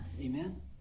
Amen